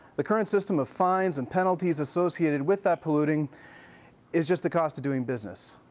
the current system of fines and penalties associated with that polluting is just the cost of doing business.